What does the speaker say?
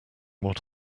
what